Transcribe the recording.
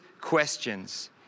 questions